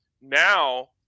Now